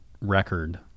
record